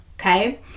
okay